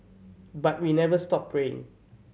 but we never stop praying